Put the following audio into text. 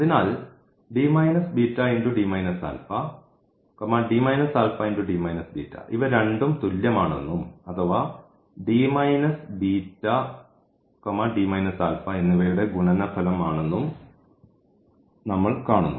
അതിനാൽ ഇവ രണ്ടും തുല്യമാണെന്നും അവ എന്നിവയുടെ ഗുണനഫലം ആണെന്നും നമ്മൾ കാണുന്നു